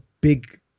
big